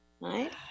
right